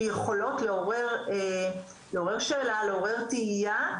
שיכולות לעורר שאלה, לעורר תהייה,